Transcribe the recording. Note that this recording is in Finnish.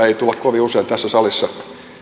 ei tulla kovin usein tässä salissa